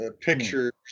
pictures